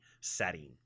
setting